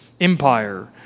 empire